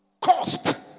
cost